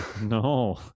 no